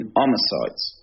homicides